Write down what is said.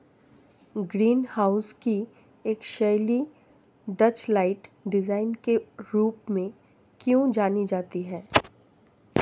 Green house की एक शैली डचलाइट डिजाइन के रूप में क्यों जानी जाती है?